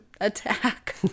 attack